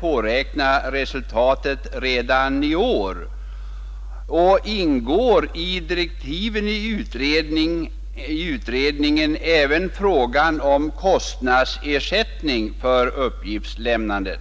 påräkna något resultat redan i år? Ingår i direktiven till utredningen även frågan om kostnadsersättning för uppgiftslämnandet?